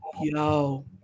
Yo